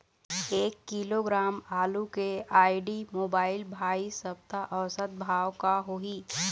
एक किलोग्राम आलू के आईडी, मोबाइल, भाई सप्ता औसत भाव का होही?